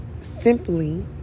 simply